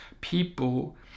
people